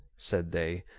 said they,